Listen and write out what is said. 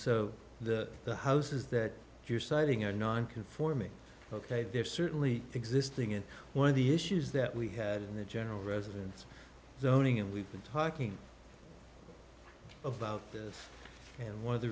so the the houses that you're citing are non conforming ok they're certainly existing in one of the issues that we had in the general residence zoning and we've been talking about this and one of the